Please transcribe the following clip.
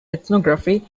ethnography